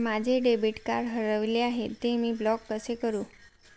माझे debit card हरविले आहे, ते मी ब्लॉक कसे करु?